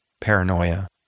paranoia